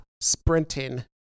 sprinting